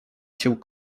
cię